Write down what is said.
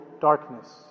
darkness